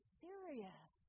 serious